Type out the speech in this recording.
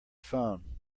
phone